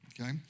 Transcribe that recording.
okay